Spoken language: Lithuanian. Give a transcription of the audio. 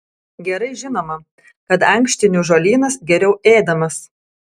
gerai žinoma kad ankštinių žolynas geriau ėdamas